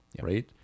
right